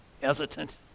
hesitant